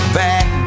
back